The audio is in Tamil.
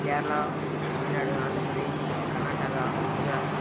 கேரளா தமிழ்நாடு ஆந்திரபிரதேஷ் கர்நாடகா குஜராத்